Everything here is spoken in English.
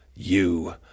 You